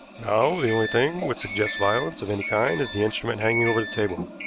now the only thing which suggests violence of any kind is the instrument hanging over the table.